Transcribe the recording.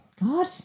god